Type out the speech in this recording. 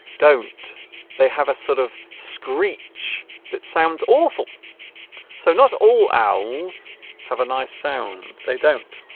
don't they have a sort of screech that sounds awful so not all owls have a nice sound they don't